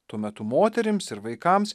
tuo metu moterims ir vaikams